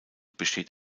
besteht